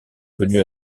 connue